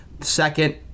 Second